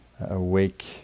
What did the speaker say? awake